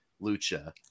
Lucha